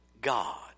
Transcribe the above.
God